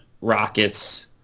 Rockets